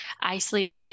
isolate